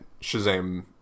Shazam